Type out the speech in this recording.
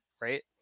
right